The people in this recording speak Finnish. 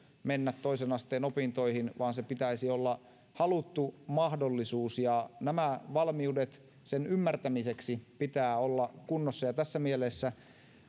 mennä toisen asteen opintoihin vaan se pitäisi olla haluttu mahdollisuus ja nämä valmiudet sen ymmärtämiseksi pitää olla kunnossa tässä mielessä